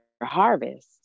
harvest